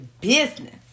business